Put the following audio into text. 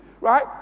right